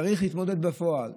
צריך להתמודד בפועל.